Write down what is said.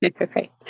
Okay